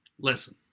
Listen